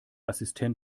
assistent